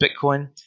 Bitcoin